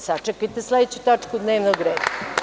Sačekajte sledeću tačku dnevnog reda.